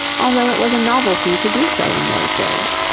although it was a novelty to do so in those days,